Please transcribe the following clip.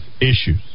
issues